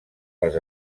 les